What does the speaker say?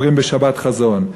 אומרים בשבת חזון.